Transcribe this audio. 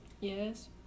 Yes